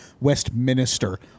Westminster